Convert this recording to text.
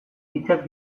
hitzak